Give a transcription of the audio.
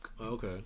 Okay